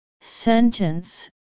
Sentence